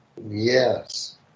yes